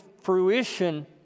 fruition